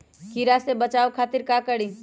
कीरा से बचाओ खातिर का करी?